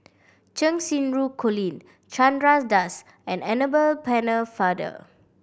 Cheng Xinru Colin Chandra Das and Annabel Pennefather